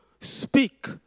speak